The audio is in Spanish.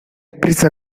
prisa